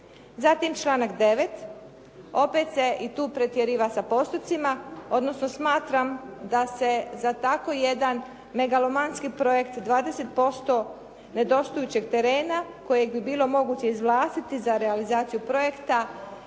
Zatim članak 9. opet se i tu pretjeriva sa postocima, odnosno smatram da se za tako jedan megalomanski projekt 20% nedostujućeg terena kojeg bi bilo moguće izvlastiti za realizaciju projekta.